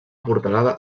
portalada